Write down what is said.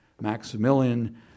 Maximilian